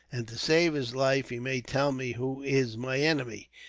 and to save his life, he may tell me who is my enemy.